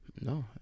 No